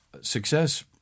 success